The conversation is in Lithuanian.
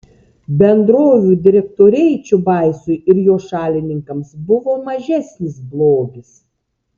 bendrovių direktoriai čiubaisui ir jo šalininkams buvo mažesnis blogis